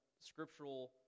scriptural